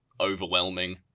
overwhelming